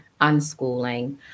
unschooling